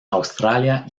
australia